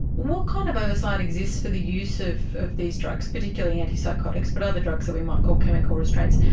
what kind of oversight exists for the use of of these drugs, particularly antipsychotics but other drugs that we might call chemical restraints,